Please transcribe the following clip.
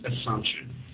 assumption